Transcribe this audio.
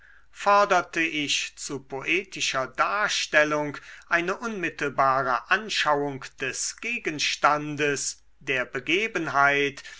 forderte ich zu poetischer darstellung eine unmittelbare anschauung des gegenstandes der begebenheit